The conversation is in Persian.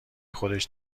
خودش